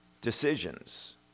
decisions